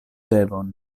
devon